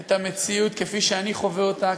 את המציאות כפי שאני חווה אותה,